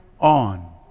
on